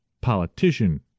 politician